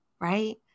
right